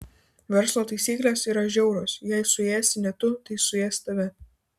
verslo taisyklės yra žiaurios jei suėsi ne tu tai suės tave